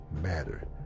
matter